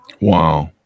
Wow